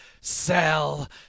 sell